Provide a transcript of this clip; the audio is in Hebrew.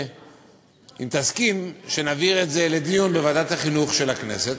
אם תסכים שנעביר את זה לדיון בוועדת החינוך של הכנסת,